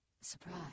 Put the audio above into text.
surprise